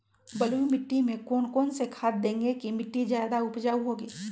बलुई मिट्टी में कौन कौन से खाद देगें की मिट्टी ज्यादा उपजाऊ होगी?